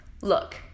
Look